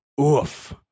oof